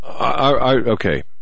Okay